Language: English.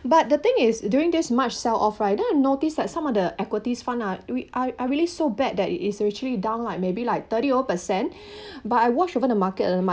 but the thing is during this march sell off right then I noticed that some of the equities fund are we are are really so bad that it is actually down like maybe like thirty over percent but I watch over the market